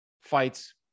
fights